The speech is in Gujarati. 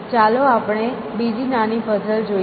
ચાલો આપણે બીજી નાની પઝલ જોઈએ